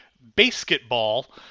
Basketball